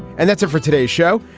and that's it for today's show.